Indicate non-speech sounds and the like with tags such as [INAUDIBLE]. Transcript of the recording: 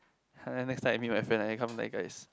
[NOISE] next time I meet my friend I come back guys